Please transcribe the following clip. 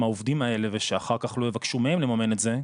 העובדים האלה ושאחר כך לא יבקשו מהם לממן את זה,